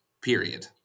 period